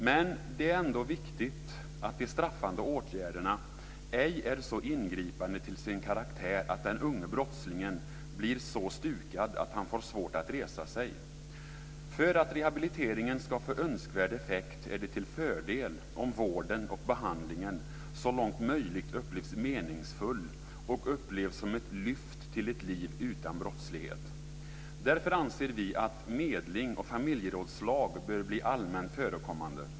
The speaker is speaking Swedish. Men det är ändå viktigt att de straffande åtgärderna ej är så ingripande till sin karaktär att den unge brottslingen blir så stukad att han får svårt att resa sig. För att rehabiliteringen ska få önskvärd effekt är det till fördel om vården och behandlingen så långt som möjligt upplevs som meningsfull och som ett lyft till ett liv utan brottslighet. Därför anser vi att medling och familjerådslag bör bli allmänt förekommande.